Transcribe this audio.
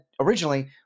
originally